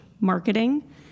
marketing